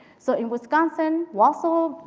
so in wisconsin, wausau,